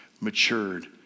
matured